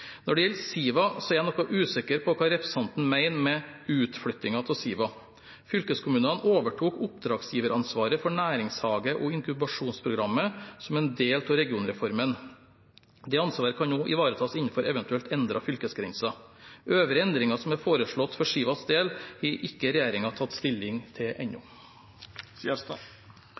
gjelder Siva, er jeg noe usikker på hva representanten mener med «utflyttingen av Siva». Fylkeskommunene overtok oppdragsgiveransvaret for næringshage- og inkubasjonsprogrammet som en del av regionreformen. Det ansvaret kan også ivaretas innenfor eventuelt endrede fylkesgrenser. Øvrige endringer som er foreslått for Sivas del, har ikke regjeringen tatt stilling til ennå.